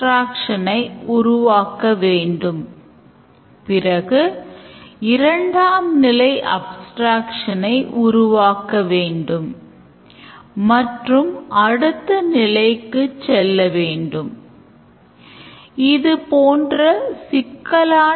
Post condition என்னவென்றால் தற்போதைய தொகை என்பது திரும்பப் பெறுவதற்கு முன்தைய தொகை கழித்தல் எனக் கூறலாம்